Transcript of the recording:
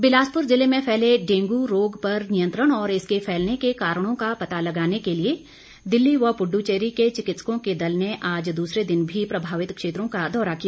dengue Bilaspur ज़िले में फैले डेंगू रोग पर नियंत्रण और इसके फैलने के कारणों का पता लगाने के लिए दिल्ली व पुड्डुचेरी के चिकित्सकों के दल ने आज दूसरे दिन भी प्रभावित क्षेत्रों का दौरा किया